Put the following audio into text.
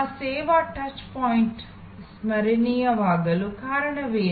ಆ ಸೇವಾ touch point ಸ್ಮರಣೀಯವಾಗಲು ಕಾರಣವೇನು